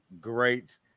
great